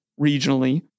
regionally